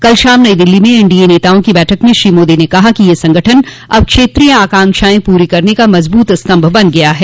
कल शाम नई दिल्ली में एनडीए नेताओं की बैठक में श्री मोदी ने कहा कि यह संगठन अब क्षेत्रीय आकांक्षाएं पूरी करने का मजबूत स्तंभ बन गया है